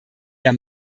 der